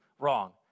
wrong